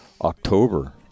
October